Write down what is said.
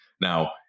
Now